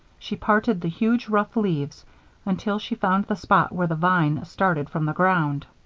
she parted the huge, rough leaves until she found the spot where the vine started from the ground.